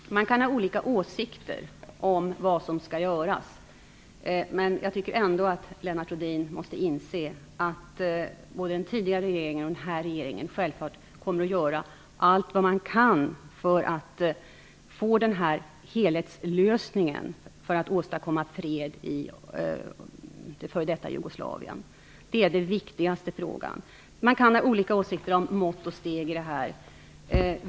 Fru talman! Man kan ha olika åsikter om vad som skall göras. Lennart Rohdin måste ändå inse att både den tidigare regeringen och denna regering självfallet har gjort och kommer att göra allt vad man kan för att få en helhetslösning och åstadkomma fred i f.d. Jugoslavien. Det är den viktigaste frågan. Man kan ha olika åsikter om mått och steg.